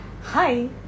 Hi